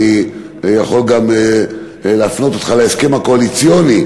אני יכול גם להפנות אותך להסכם הקואליציוני,